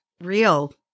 real